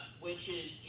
which is,